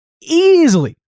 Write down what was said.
easily